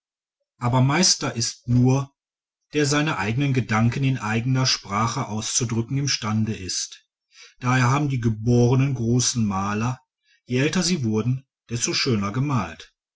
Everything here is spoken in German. aber meister ist nur der seine eigenen gedanken in eigener sprache auszudrücken imstande ist daher haben die geborenen großen maler je älter sie wurden desto schöner gemalt